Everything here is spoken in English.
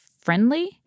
friendly